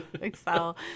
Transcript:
Excel